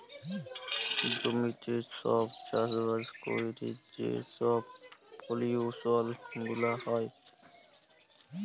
জমিতে ছব চাষবাস ক্যইরে যে ছব পলিউশল গুলা হ্যয়